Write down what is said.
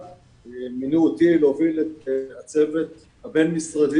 החלטה ומינו אותי להוביל את הצוות הבין-משרדי.